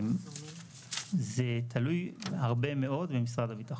זה תלוי הרבה מאוד במשרד הביטחון.